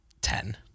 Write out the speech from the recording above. ten